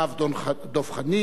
דב חנין,